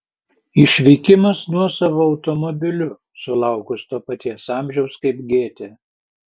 išvykimas nuosavu automobiliu sulaukus to paties amžiaus kaip gėtė